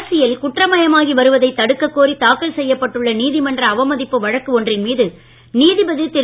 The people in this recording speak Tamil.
அரசியல் குற்றமயமாகி வருவதைத் தடுக்கக் கோரி தாக்கல் செய்யப்பட்டுள்ள நீதிமன்ற அவமதிப்பு வழக்கு ஒன்றின்மீது நீதிபதி திரு